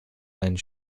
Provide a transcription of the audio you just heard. einen